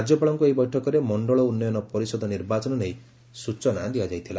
ରାଜ୍ୟପାଳଙ୍କୁ ଏହି ବୈଠକରେ ମଣ୍ଡଳ ଉନ୍ନୟନ ପରିଷଦ ନିର୍ବାଚନ ନେଇ ସ୍ବଚନା ଦିଆଯାଇଥିଲା